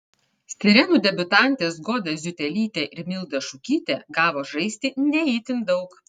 sirenų debiutantės goda ziutelytė ir milda šukytė gavo žaisti ne itin daug